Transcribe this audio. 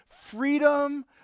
freedom